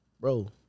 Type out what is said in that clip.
bro